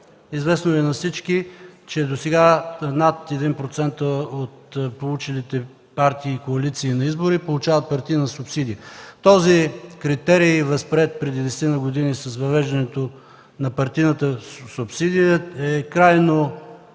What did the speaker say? Известно Ви е на всички, че досега над 1% от получилите партии и коалиции на избори получават партийна субсидия. Този критерий, възприет преди десетина години с въвеждането на партийната субсидия, е крайно